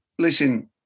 Listen